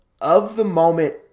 of-the-moment